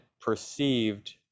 perceived